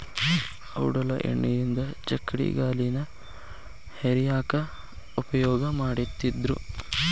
ಔಡಲ ಎಣ್ಣಿಯಿಂದ ಚಕ್ಕಡಿಗಾಲಿನ ಹೇರ್ಯಾಕ್ ಉಪಯೋಗ ಮಾಡತ್ತಿದ್ರು